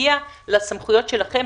מגיע לסמכויות שלכם.